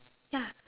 ya